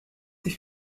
sie